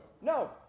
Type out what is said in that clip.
No